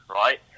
right